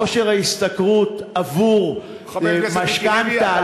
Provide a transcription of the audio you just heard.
כושר ההשתכרות עבור משכנתה,